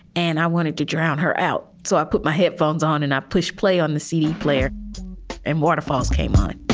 and i wanted to drown her out. so i put my headphones on and i pushed play on the c d player and waterfalls came on